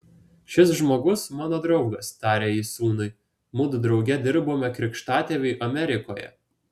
šis žmogus mano draugas tarė jis sūnui mudu drauge dirbome krikštatėviui amerikoje